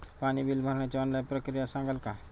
पाणी बिल भरण्याची ऑनलाईन प्रक्रिया सांगाल का?